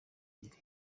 ebyiri